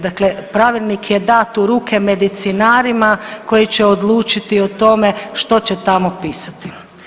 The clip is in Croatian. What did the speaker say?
Dakle, pravilnik je dat u ruke medicinarima koji će odlučiti o tome što će tamo pisati.